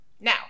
Now